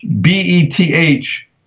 B-E-T-H